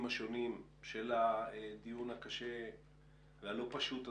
השונים של הדיון הקשה והלא פשוט הזה.